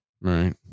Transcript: Right